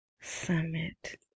Summit